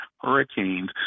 hurricanes